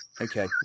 Okay